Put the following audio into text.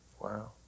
Wow